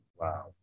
Wow